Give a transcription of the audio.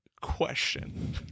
question